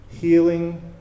healing